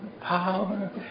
power